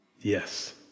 Yes